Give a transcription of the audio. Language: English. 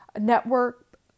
network